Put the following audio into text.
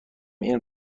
این